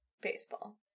Baseball